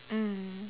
mm